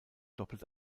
doppelt